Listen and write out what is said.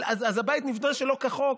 אז הבית נבנה שלא כחוק,